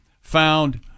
found